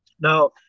Now